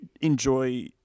enjoy